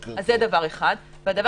שנית, הסיפור